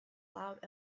loud